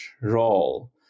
role